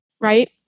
right